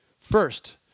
First